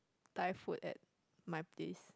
Thai food at my place